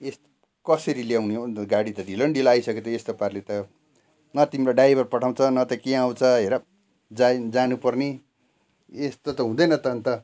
यस कसरी ल्याउने हो लु गाडी त ढिलो न ढिलो आइसक्यो त यस्तो पाराले त न तिम्रो ड्राइभर पठाउँछ न त के आउँछ हेर जान जानु पर्ने यस्तो त हुँदैन त अन्त